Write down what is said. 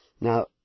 Now